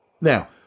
now